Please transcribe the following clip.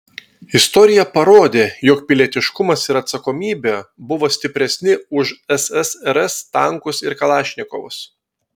istorija parodė jog pilietiškumas ir atsakomybė buvo stipresni už ssrs tankus ir kalašnikovus